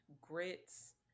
grits